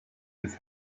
his